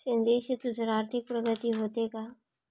सेंद्रिय शेतीतून आर्थिक प्रगती होते का?